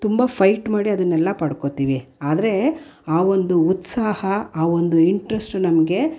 ತುಂಬ ಫೈಟ್ ಮಾಡಿ ಅದನ್ನೆಲ್ಲಾ ಪಡ್ಕೋತೀವಿ ಆದರೆ ಆ ಒಂದು ಉತ್ಸಾಹ ಆ ಒಂದು ಇಂಟ್ರೆಸ್ಟು ನಮಗೆ